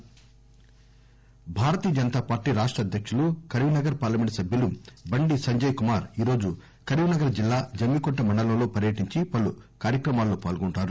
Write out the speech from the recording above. net Bandi సంజయ్పర్యటన BJP రాష్ట అధ్యకులు కరీంనగర్ పార్లమెంట్ సభ్యులు బండి సంజయ్ కుమార్ ఈరోజు కరీంనగర్ జిల్లా జమ్మికుంట మండలం లో పర్యటించి పలు కార్యక్రమాలలో పాల్గొంటారు